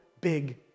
big